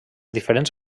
diferents